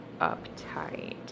uptight